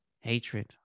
hatred